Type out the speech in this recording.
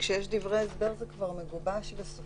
כשיש דברי הסבר זה כבר מגובש וסופי.